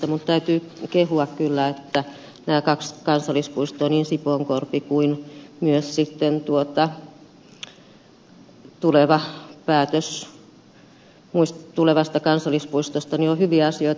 mutta täytyy kehua kyllä että nämä kaksi kansallispuistoa niin sipoonkorpi kuin myös päätös tulevasta kansallispuistosta ovat hyviä asioita